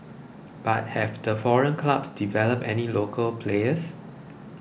but have the foreign clubs developed any local players